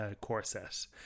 corset